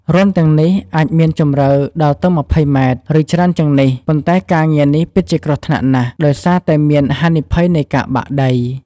រន្ធទាំងនេះអាចមានជម្រៅដល់ទៅ ម្ភៃម៉ែត្រ ឬច្រើនជាងនេះ ប៉ុន្តែការងារនេះពិតជាគ្រោះថ្នាក់ណាស់ ដោយសារតែមានហានិភ័យនៃការបាក់ដី។